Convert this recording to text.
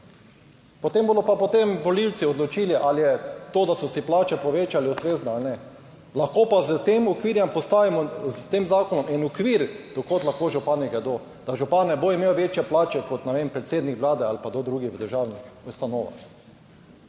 Potem bodo pa potem volivci odločili ali je to, da so si plače povečali, ustrezne ali ne. Lahko pa s tem zakonom postavimo en okvir, do kod lahko župani gredo, da župan ne bo imel večje plače kot, ne vem, predsednik Vlade ali kdo drugi v državnih ustanovah.